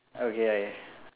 okay I